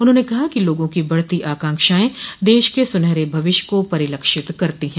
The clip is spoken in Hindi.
उन्होंने कहा कि लोगों की बढ़ती आकांक्षाएं देश के सुनहरे भविष्य को परिलक्षित करती हैं